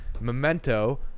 memento